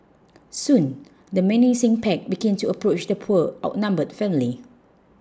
soon the menacing pack began to approach the poor outnumbered family